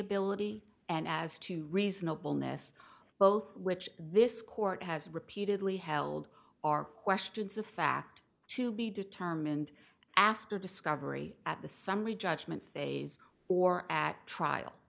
ability and as to reasonableness both which this court has repeatedly held are questions of fact to be determined after discovery at the summary judgment phase or at trial